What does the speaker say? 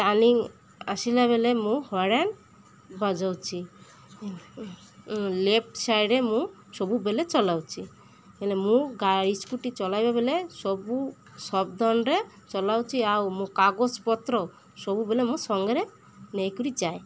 turning ଆସିଲା ବେଳେ ମୁଁ ହର୍ଣ୍ଣ ବଜାଉଛି ଲେଫ୍ଟ ସାଇଡ଼୍ରେ ମୁଁ ସବୁବେଳେ ଚଳାଉଛି ହେଲେ ମୁଁ ସ୍କୁଟି ଚଳାଇବା ବଳେ ସବୁ ସାବଧାନରେ ଚଳାଉଛି ଆଉ ମୁଁ କାଗଜପତ୍ର ସବୁବେଳେ ମୁଁ ସାଙ୍ଗରେ ନେଇକରି ଯାଏ